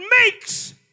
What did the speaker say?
makes